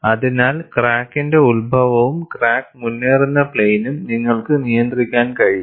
അതിനാൽ ക്രാക്കിന്റെ ഉത്ഭവവും ക്രാക്ക് മുന്നേറുന്ന പ്ലെയിനും നിങ്ങൾക്ക് നിയന്ത്രിക്കാൻ കഴിയും